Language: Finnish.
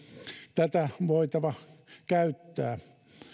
tätä voitava käyttää